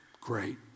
great